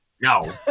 no